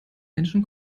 menschen